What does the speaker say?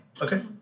Okay